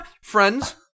friends